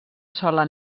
sola